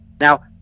now